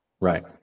right